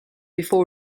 before